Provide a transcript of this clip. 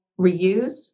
reuse